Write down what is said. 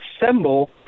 assemble